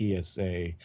PSA